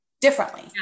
differently